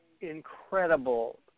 incredible